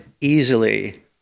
easily